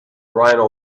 rhino